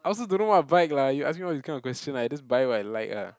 I also don't know what to buy lah you ask me all this kind of question I just buy what I like ah